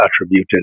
attributed